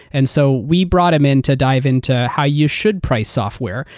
and so we brought him in to dive into how you should price software,